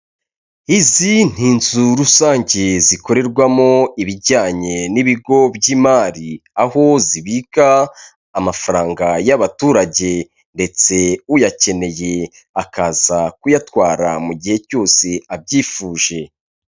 Izi ni inzu rusange zikorerwamo ibijyanye n'ibigo by'imari aho zibika amafaranga y'abaturage ndetse uyakeneye akaza kuyatwara mu gihe cyose abyifuje.